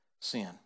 sin